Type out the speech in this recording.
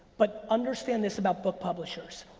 but understand this about book publishers.